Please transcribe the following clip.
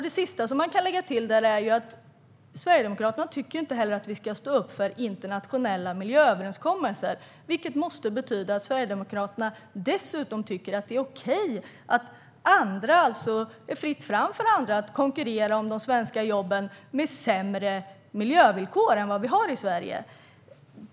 Det sista jag kan lägga till är att Sverigedemokraterna inte heller tycker att vi ska stå upp för internationella miljööverenskommelser, vilket måste betyda att Sverigedemokraterna dessutom tycker att det är okej att det är fritt fram för andra att konkurrera om de svenska jobben med sämre miljövillkor än vad vi har i Sverige.